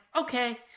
okay